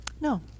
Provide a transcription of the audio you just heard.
no